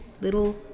little